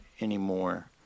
anymore